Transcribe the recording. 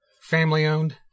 family-owned